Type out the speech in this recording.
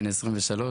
בן 23,